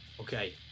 Okay